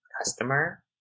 customer